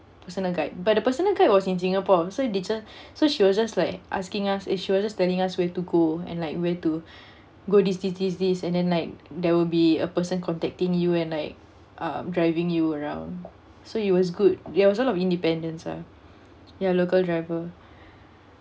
personal guide but the personal guide was in singapore so did s~ so she will just like asking us and she was just telling us where to go and like where to go this this this this and then like there will be a person contacting you and like um driving you around so it was good there was a lot of independence lah ya local driver